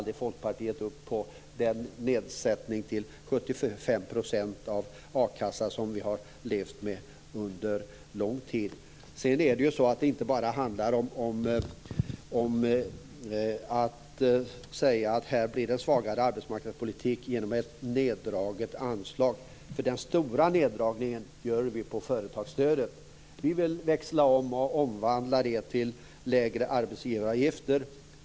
Den nedsättningen av a-kassan till 75 %, som vi har levt med under lång tid, ställde aldrig Folkpartiet upp på. Sedan handlar det inte bara om att det blir svagare arbetsmarknadspolitik genom ett neddraget anslag. Den stora neddragningen gör vi ju på företagsstödet. Vi vill växla om och omvandla det till lägre arbetsgivaravgifter.